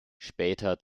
später